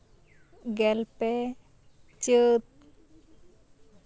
ᱜᱮᱞᱯᱮ ᱪᱟᱹᱛ